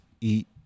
eat